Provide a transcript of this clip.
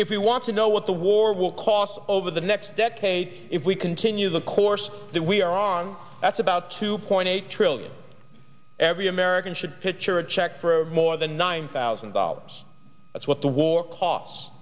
if we want to know what the war will cost over the next decade if we continue the course that we are on that's about two point eight trillion every american should picture a check for more than nine thousand dollars that's what the war costs